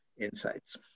insights